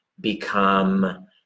become